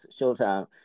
Showtime